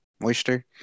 moisture